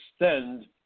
extend